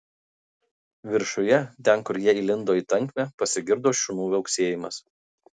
viršuje ten kur jie įlindo į tankmę pasigirdo šunų viauksėjimas